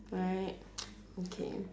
right okay